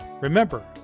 remember